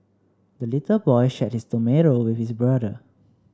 the little boy shared his tomato with his brother